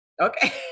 Okay